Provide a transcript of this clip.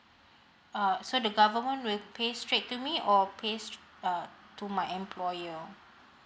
uh so the government will pay straight to me or pay uh to my employer